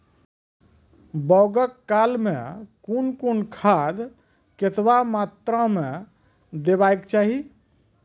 बौगक काल मे कून कून खाद केतबा मात्राम देबाक चाही?